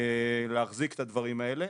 להחזיק את הדברים האלה,